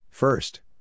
First